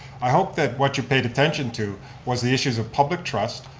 i hope that what you paid attention to was the issues of public trust,